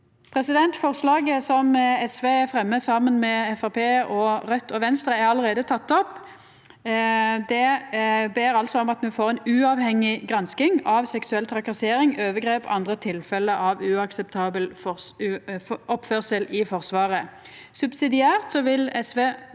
vis. Forslaget som SV fremjar saman med Framstegspartiet, Raudt og Venstre, er allereie teke opp. Me ber altså om at me får ei uavhengig gransking av seksuell trakassering, overgrep og andre tilfelle av uakseptabel oppførsel i Forsvaret. Subsidiært vil SV